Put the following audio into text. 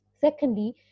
secondly